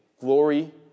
glory